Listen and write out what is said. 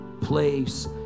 place